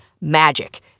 Magic